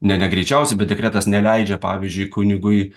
ne ne greičiausiai bet dekretas neleidžia pavyzdžiui kunigui